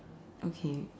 okay